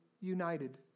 united